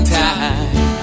time